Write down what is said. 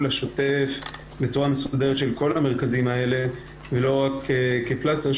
השוטף בצורה מסודרת של כל המרכזים האלה ולא רק כפלסטר.